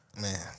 Man